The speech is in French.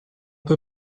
peu